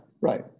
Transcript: right